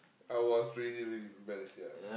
I was really really rebellious yeah